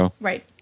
Right